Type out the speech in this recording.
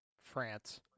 France